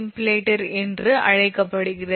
8 இது sock template என்று அழைக்கப்படுகிறது